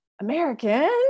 American